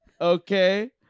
Okay